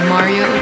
Mario